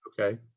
Okay